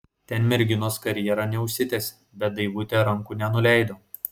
ten merginos karjera neužsitęsė bet daivutė rankų nenuleido